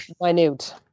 minute